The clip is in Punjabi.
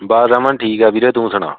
ਬਸ ਅਮਨ ਠੀਕ ਆ ਵੀਰੇ ਤੂੰ ਸੁਣਾ